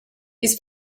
his